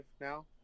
now